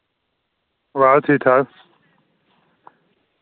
बस ठीक ठाक